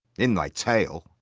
in thy tail!